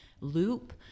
loop